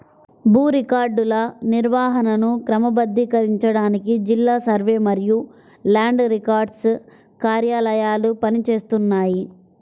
భూ రికార్డుల నిర్వహణను క్రమబద్ధీకరించడానికి జిల్లా సర్వే మరియు ల్యాండ్ రికార్డ్స్ కార్యాలయాలు పని చేస్తున్నాయి